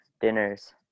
dinners